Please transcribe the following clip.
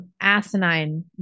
asinine